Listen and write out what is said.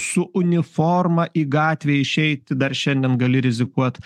su uniforma į gatvę išeiti dar šiandien gali rizikuot